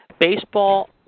Baseball